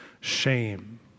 shame